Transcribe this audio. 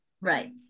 Right